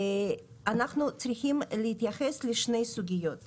אנחנו צריכים להתייחס לשני סוגיות --- גברתי,